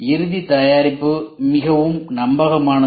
இறுதி தயாரிப்பு மிகவும் நம்பகமானது